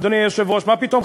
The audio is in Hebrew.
אדוני היושב-ראש, מה פתאום?